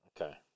Okay